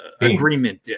Agreement